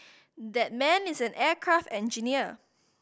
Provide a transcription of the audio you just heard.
that man is an aircraft engineer